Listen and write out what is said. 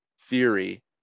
theory